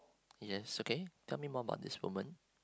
yes okay tell me more about this woman